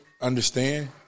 understand